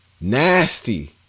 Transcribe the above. Nasty